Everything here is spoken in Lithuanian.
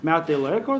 metai laiko